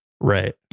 Right